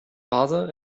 father